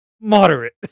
moderate